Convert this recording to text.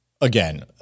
again